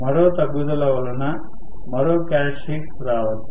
మరో తగ్గుదల వలన మరో క్యారెక్టర్స్టిక్ రావచ్చు